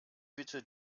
bitte